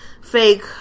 fake